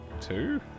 Two